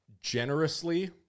Generously